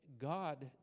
God